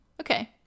okay